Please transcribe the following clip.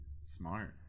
smart